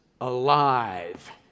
alive